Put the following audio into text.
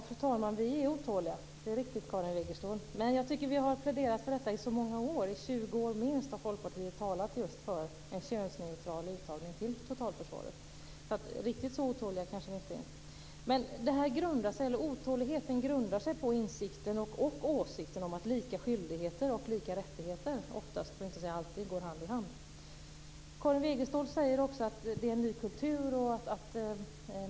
Fru talman! Det är riktigt, Karin Wegestål, att vi är otåliga. Men jag tycker att vi har pläderat för detta i så många år. Folkpartiet har under minst 20 år talat för en könsneutral uttagning till totalförsvaret. Riktigt så otåliga kanske vi inte är. Otåligheten grundar sig emellertid på insikten och åsikten om att lika skyldigheter och lika rättigheter oftast, för att inte säga alltid, går hand i hand. Karin Wegestål säger också att det är en ny kultur.